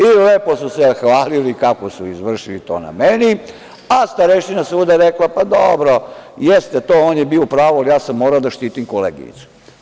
I lepo su se hvalili kako su izvršili to na meni, a starešina suda rekla - pa dobro, jeste to, on je bio u pravu, ali ja sam morao da štitim koleginicu.